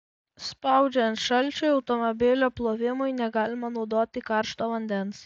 spaudžiant šalčiui automobilio plovimui negalima naudoti karšto vandens